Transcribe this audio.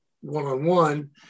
one-on-one